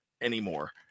anymore